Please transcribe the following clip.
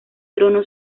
trono